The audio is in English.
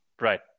Right